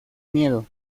miedo